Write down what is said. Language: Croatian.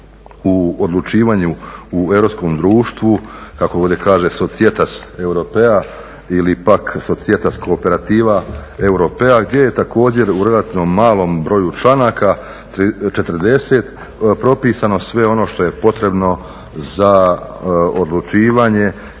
u odlučivanju u europskom društvo kako ovdje kaže societas europea ili pak societas cooperativa europea gdje je također u relativno malom broju članaka, 40 propisano sve ono što je potrebno za odlučivanje